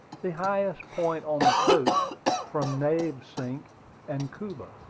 the highest point on the coast from navesink and cuba.